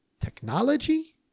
technology